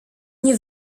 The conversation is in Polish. nie